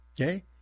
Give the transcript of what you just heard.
Okay